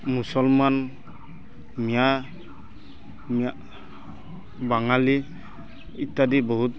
মুছলমান মিঞা বাঙালী ইত্যাদি বহুত